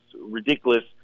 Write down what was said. ridiculous